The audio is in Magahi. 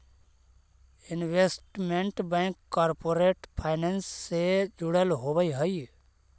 इन्वेस्टमेंट बैंक कॉरपोरेट फाइनेंस से जुड़ल होवऽ हइ